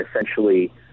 essentially